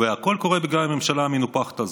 הכול קורה בגלל הממשלה המנופחת הזאת.